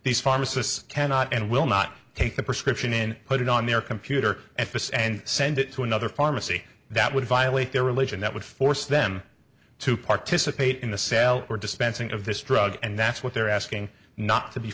these pharmacists cannot and will not take the prescription in put it on their computer and send it to another pharmacy that would violate their religion that would force them to participate in the sale or dispensing of this drug and that's what they're asking not to be